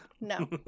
No